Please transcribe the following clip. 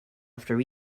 after